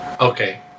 Okay